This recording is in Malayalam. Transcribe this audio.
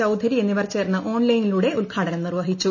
ചൌധരി എന്നിവർ ചേർന്ന് ഓൺലൈനിലൂടെ ഉദ്ഘാടനം നിർവഹിച്ചു